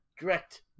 direct